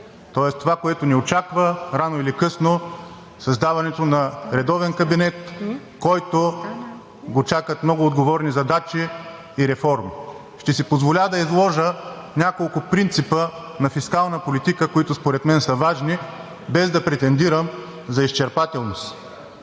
тоест това, което ни очаква рано или късно – създаването на редовен кабинет, го чакат много отговорни задачи и реформи. Ще си позволя да изложа няколко принципа на фискална политика, които според мен са важни, без да претендирам за изчерпателност